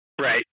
Right